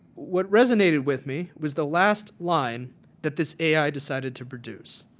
what resonated with me was the last line that this ai decided to produce.